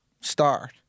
start